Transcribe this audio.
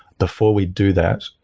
before we do that,